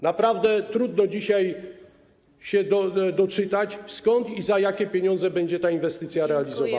Naprawdę trudno dzisiaj się doczytać, skąd i za jakie pieniądze będzie ta inwestycja realizowana.